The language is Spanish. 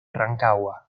rancagua